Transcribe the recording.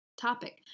topic